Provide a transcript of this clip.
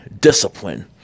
discipline